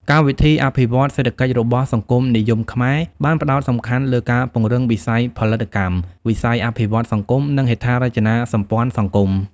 កម្មវិធីអភិវឌ្ឍន៍សេដ្ឋកិច្ចរបស់ សង្គមនិយមខ្មែរ បានផ្តោតសំខាន់លើការពង្រឹងវិស័យផលិតកម្ម វិស័យអភិវឌ្ឍន៍សង្គម និងហេដ្ឋារចនាសម្ព័ន្ធសង្គម។